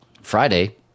Friday